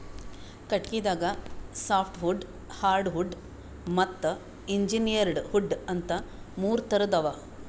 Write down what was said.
ಕಟಗಿದಾಗ ಸಾಫ್ಟವುಡ್ ಹಾರ್ಡವುಡ್ ಮತ್ತ್ ಇಂಜೀನಿಯರ್ಡ್ ವುಡ್ ಅಂತಾ ಮೂರ್ ಥರದ್ ಅವಾ